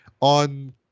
on